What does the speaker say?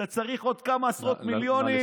אתה צריך עוד כמה עשרות מיליונים?